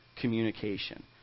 communication